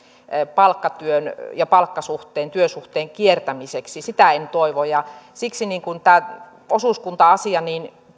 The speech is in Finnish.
palkkatyön ja palkkasuhteen työsuhteen kiertämiseksi sitä en toivo siksi tämä osuuskunta asia